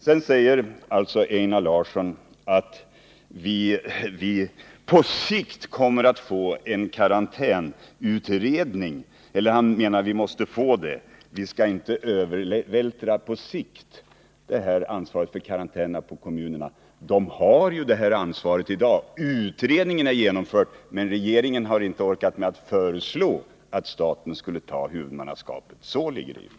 Sedan säger Einar Larsson att vi måste få en karantänutredning och att vi inte på sikt skall övervältra ansvaret för karantäner på kommunerna. Men de har det ansvaret i dag. Utredningen är genomförd, men regeringen har inte orkat föreslå att staten skall ta huvudmannaskapet. Så ligger det till.